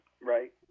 Right